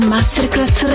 Masterclass